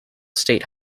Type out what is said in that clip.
state